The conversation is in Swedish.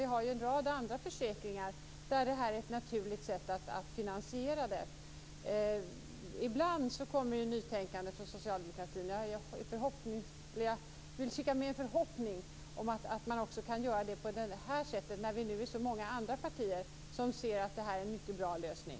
Det finns ju en rad andra försäkringar där det här är ett naturligt sätt att finansiera det hela. Ibland kommer det nytänkande från socialdemokratin. Jag vill skicka med en förhoppning om det också i det här sammanhanget. Vi är ju så många i andra partier som ser att det här är en mycket bra lösning.